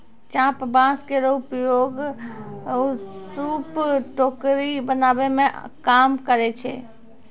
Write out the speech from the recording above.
चाभ बांस केरो प्रयोग सूप, टोकरी बनावै मे काम करै छै